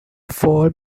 fall